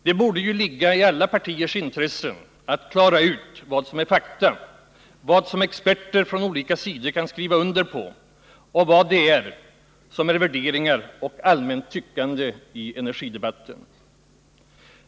Det borde ju ligga i alla partiers intresse att klara ut vad som är fakta, vad som experter från olika sidor kan skriva under på och vad som är värderingar och allmänt tyckande i energidebatten.